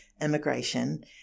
immigration